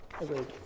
Agreed